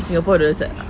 singapore dollars like uh